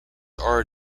are